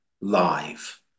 live